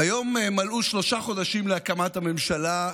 היום מלאו שלושה חודשים להקמת הממשלה,